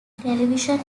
television